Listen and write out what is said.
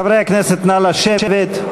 חברי הכנסת נא לשבת,